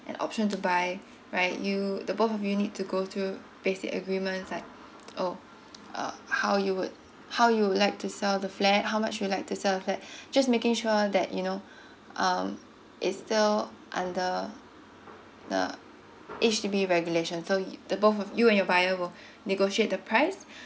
an option to buy right you the both of you need to go through basic agreements like oh uh how you would how you would like to sell the flat how much you like to sell your flat just making sure that you know um it's still under H_D_B regulation so the both of you and your buyer will negotiate the price